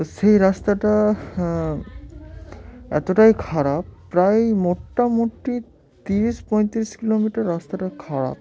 তো সেই রাস্তাটা এতটাই খারাপ প্রায়ই মোটামোটি তিরিশ পঁয়ত্রিশ কিলোমিটার রাস্তাটা খারাপ